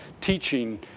teaching